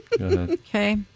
Okay